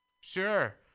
Sure